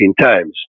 times